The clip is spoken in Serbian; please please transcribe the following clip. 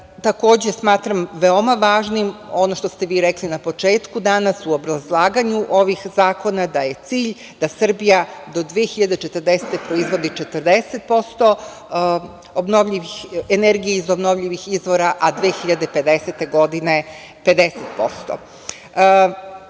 smatram veoma važnim ono što ste vi rekli na početku danas u obrazlaganju ovih zakona, da je cilj da Srbija do 2040. godine, proizvodi 40% energije iz obnovljivih izvora, a 2050. godine